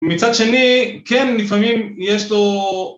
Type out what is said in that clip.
מצד שני כן לפעמים יש לו